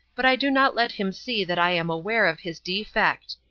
but i do not let him see that i am aware of his defect.